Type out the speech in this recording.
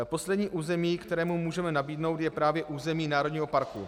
Poslední území, které mu můžeme nabídnout, je právě území národního parku.